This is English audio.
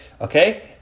Okay